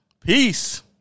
Peace